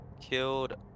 killed